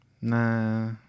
Nah